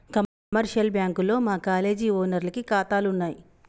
commercial బ్యాంకుల్లో మా college ఓనర్లకి కాతాలున్నయి